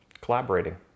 collaborating